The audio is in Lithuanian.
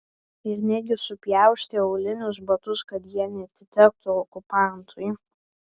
ir netgi supjaustė aulinius batus kad jie neatitektų okupantui